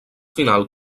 final